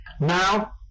Now